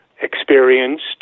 experienced